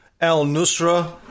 al-Nusra